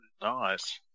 nice